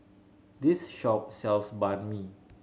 this shop sells Banh Mi